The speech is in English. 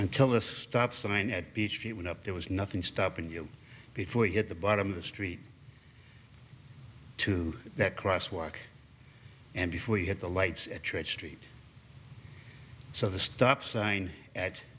until the stop sign at peachtree went up there was nothing stopping you before you hit the bottom of the street to that cross walk and before you hit the lights at church street so the stop sign at